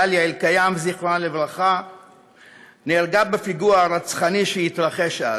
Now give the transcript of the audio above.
דליה אלקיים ז"ל, נהרגה בפיגוע הרצחני שהתרחש אז,